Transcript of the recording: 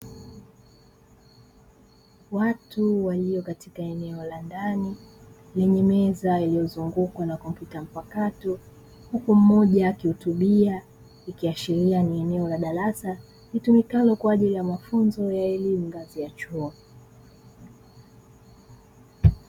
Watu walio katika eneo la ndani lenye meza ilozungukwa na kompyuta mpakato, huku mmoja akihutubia, ikiashiria ni eneo la darasa litumikalo kwajili ya mafunzo ya elimu ngazi ya chuo.